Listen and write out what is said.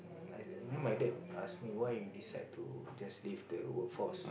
I I remember my dad ask why you decide to just leave the workforce